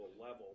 level